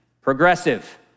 progressive